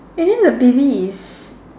and then the baby is